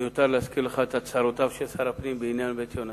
מיותר להזכיר לך את הצהרותיו של שר הפנים בעניין "בית יהונתן".